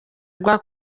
rwa